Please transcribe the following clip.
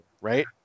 right